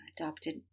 adopted